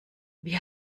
wir